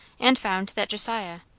and found that josiah,